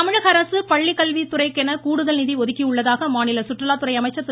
நடராஜன் தமிழகஅரசு பள்ளிக்கல்வித்துறைக்கென கூடுதல் நிதி ஒதுக்கியுள்ளதாக மாநில சுற்றுலாத்துறை அமைச்சர் திரு